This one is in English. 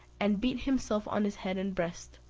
and beat himself on his head and breast,